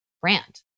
brand